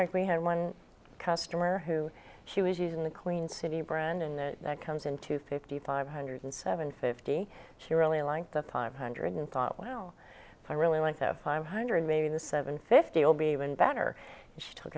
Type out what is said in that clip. fact we had one customer who she was using the queen city brendan that comes in to fifty five hundred and seven fifty she really liked that five hundred and thought wow i really like that five hundred maybe the seven fifty will be even better she took